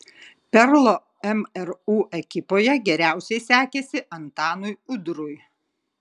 perlo mru ekipoje geriausiai sekėsi antanui udrui